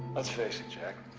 let's face it, jack.